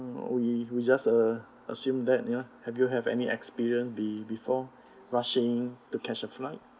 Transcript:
we we just a~ assume that you know have you have any experience be~ before rushing to catch a flight